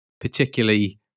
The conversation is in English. particularly